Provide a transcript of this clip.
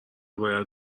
باید